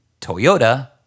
Toyota